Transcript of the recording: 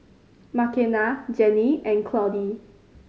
Makenna Jennie and Claudie